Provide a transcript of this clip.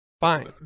Fine